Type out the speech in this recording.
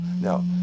Now